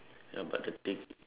ya but the thing